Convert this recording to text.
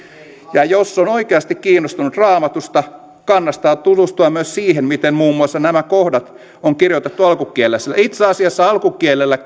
ja jos on oikeasti kiinnostunut raamatusta kannattaa tutustua myös siihen miten muun muassa nämä kohdat on kirjoitettu alkukielessä itse asiassa alkukielellä